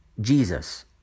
Jesus